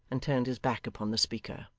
and turned his back upon the speaker.